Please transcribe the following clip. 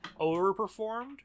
overperformed